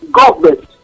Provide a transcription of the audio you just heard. government